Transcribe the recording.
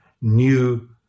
new